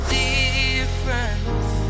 difference